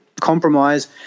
compromise